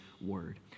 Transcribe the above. Word